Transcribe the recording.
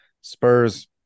Spurs